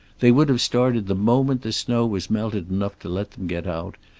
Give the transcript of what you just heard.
they would have started the moment the snow was melted enough to let them get out,